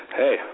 hey